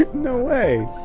no way!